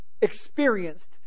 experienced